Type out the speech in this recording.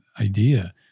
idea